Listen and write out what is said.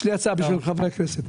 יש לי הצעה לחברי הכנסת.